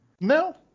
no